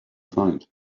find